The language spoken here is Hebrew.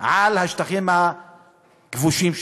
על השטחים הכבושים שם.